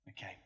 Okay